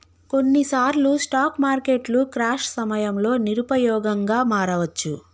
కొన్నిసార్లు స్టాక్ మార్కెట్లు క్రాష్ సమయంలో నిరుపయోగంగా మారవచ్చు